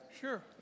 Sure